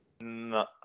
No